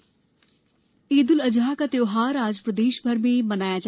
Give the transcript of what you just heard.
ईद उल अजहा ईद उल अजहा का त्यौहार आज प्रदेशभर में मनाया गया